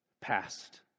past